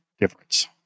difference